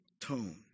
tone